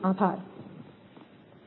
આભાર હવે